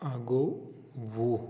اکھ گوٚو وُہ